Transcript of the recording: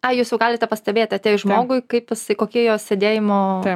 a jūs jau galite pastebėt atėjus žmogui kaip jisai kokie jos sėdėjimo